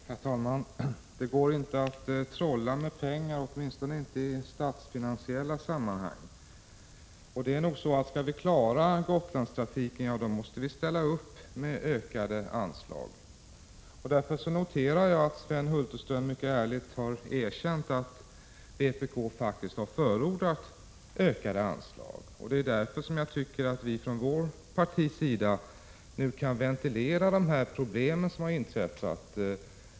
Herr talman! Det går inte att trolla med pengar, åtminstone inte i statsfinansiella sammanhang. Om vi skall klara Gotlandstrafiken, då måste vi ställa upp med ökade anslag. Jag noterar att Sven Hulterström mycket ärligt har erkänt att vpk faktiskt har förordat ökade anslag, och jag tycker därför att vi från vår sida nu kan ventilera de problem som har uppstått.